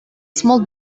small